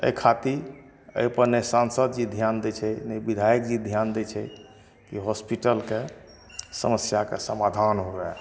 एहि खातिर एहिपर ने सांसद जी ध्यान दै छै ने बिधायकजी ध्यान दै छै ई हॉस्पिटलके समस्याके समाधान हुए